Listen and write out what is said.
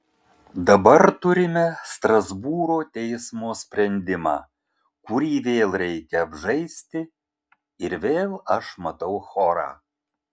dabar turime strasbūro teismo sprendimą kurį vėl reikia apžaisti ir vėl aš matau chorą